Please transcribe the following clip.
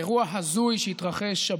טובה לתחרות בשוק